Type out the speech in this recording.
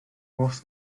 oes